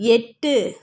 எட்டு